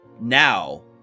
Now